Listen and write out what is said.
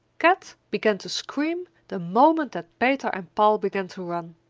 kat began to scream the moment that peter and paul began to run.